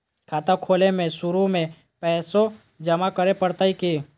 खाता खोले में शुरू में पैसो जमा करे पड़तई की?